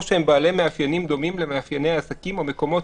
או הם בעלי מאפיינים דומים למאפייני העסקים או מקומות